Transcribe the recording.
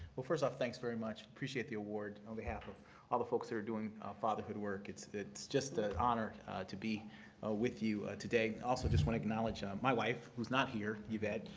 well, first off, thanks very much. appreciate the award on behalf of all the folks that are doing fatherhood work. it's it's just an honor to be with you today. also, just want to acknowledge um my wife who's not here, yvette,